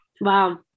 Wow